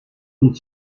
und